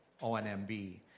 ONMB